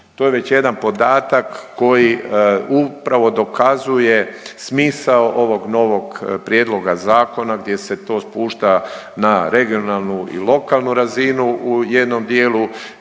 To je već jedan podatak koji upravo dokazuje smisao ovog novog prijedloga zakona gdje se to spušta na regionalnu i lokalnu razinu u jednom dijelu